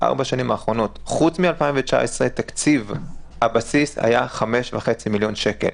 חוץ מ-2019, תקציב הבסיס היה 5.5 מיליון שקל.